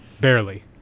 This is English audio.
barely